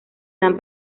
dan